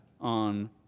on